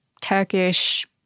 Turkish